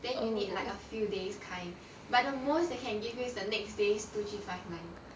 then you need like a few days kind but the most they can give you is the next day's two three five nine